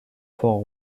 fort